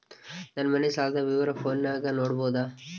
ನನ್ನ ಮನೆ ಸಾಲದ ವಿವರ ಫೋನಿನಾಗ ನೋಡಬೊದ?